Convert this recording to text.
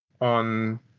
on